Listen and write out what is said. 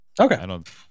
Okay